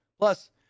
plus